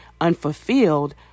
unfulfilled